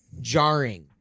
jarring